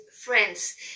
friends